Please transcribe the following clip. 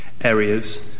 areas